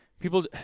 people